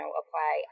apply